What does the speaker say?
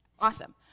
Awesome